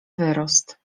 wyrost